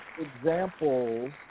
examples